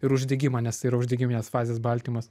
ir uždegimą nes tai yra uždegiminės fazės baltymas